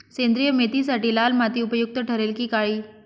सेंद्रिय मेथीसाठी लाल माती उपयुक्त ठरेल कि काळी?